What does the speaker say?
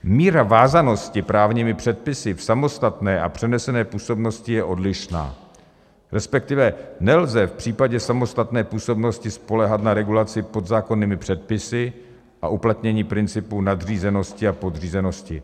Míra vázanosti právními předpisy v samostatné a přenesené působnosti je odlišná, respektive nelze v případě samostatné působnosti spoléhat na regulaci podzákonnými předpisy a uplatnění principu nadřízenosti a podřízenosti.